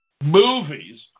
movies